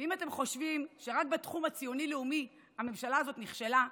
ואם אתם חושבים שרק בתחום הציוני הלאומי הממשלה הזאת נכשלה,